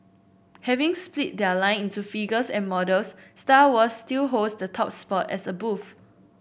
having split their line into figures and models Star Wars still holds the top spot as a booth